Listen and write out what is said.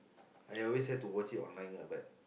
I always have to watch it online lah but